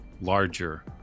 larger